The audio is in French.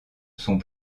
sont